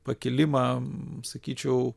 pakilimą sakyčiau